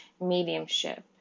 mediumship